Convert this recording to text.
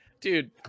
dude